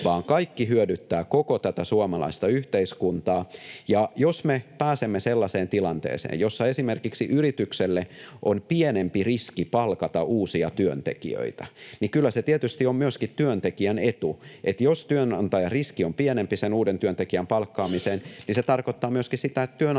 vaan kaikki hyödyttävät koko tätä suomalaista yhteiskuntaa. Jos me pääsemme sellaiseen tilanteeseen, jossa esimerkiksi yritykselle on pienempi riski palkata uusia työntekijöitä, niin kyllä se tietysti on myöskin työntekijän etu, eli jos työnantajariski on pienempi sen uuden työntekijän palkkaamiseen, niin se tarkoittaa myöskin sitä, että työnantaja